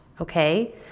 Okay